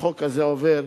החוק הזה עובר.